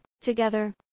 together